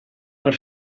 far